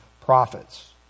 prophets